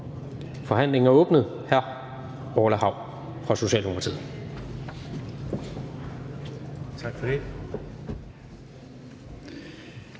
Forhandlingen er åbnet. Hr.